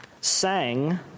sang